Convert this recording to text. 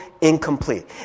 incomplete